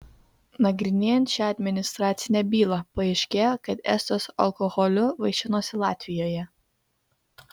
nagrinėjant šią administracinę bylą paaiškėjo kad estas alkoholiu vaišinosi latvijoje